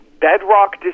bedrock